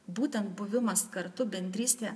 būtent buvimas kartu bendrystė